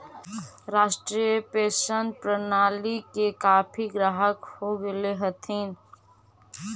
राष्ट्रीय पेंशन प्रणाली के काफी ग्राहक हो गेले हथिन